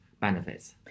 benefits